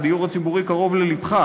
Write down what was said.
שהדיור הציבורי קרוב ללבך,